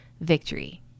victory